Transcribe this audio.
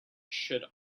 should